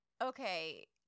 Okay